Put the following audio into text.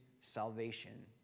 salvation